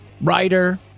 Writer